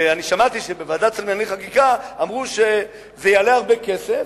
ואני שמעתי שבוועדת שרים לענייני חקיקה אמרו שזה יעלה הרבה כסף.